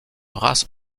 race